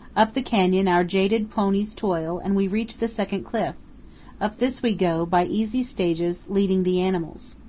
up the canyon our jaded ponies toil and we reach the second cliff up this we go, by easy stages, leading the animals.